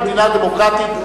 במדינה דמוקרטית,